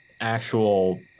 Actual